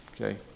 Okay